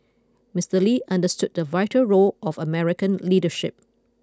Mister Lee understood the vital role of American leadership